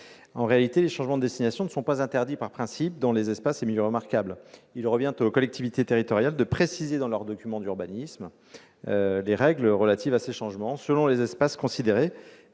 En réalité, les changements de destination n'y sont pas interdits par principe. Il revient aux collectivités territoriales de préciser dans leurs documents d'urbanisme les règles relatives à ces changements selon les espaces considérés